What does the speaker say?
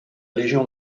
légion